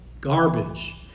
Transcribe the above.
garbage